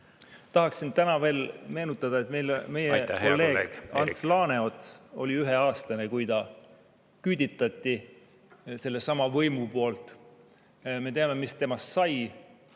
Tahaksin veel meenutada, et meie hea kolleeg Ants Laaneots oli üheaastane, kui ta küüditati, seesama võim küüditas ta. Me teame, mis temast sai.